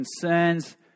concerns